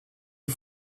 you